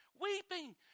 weeping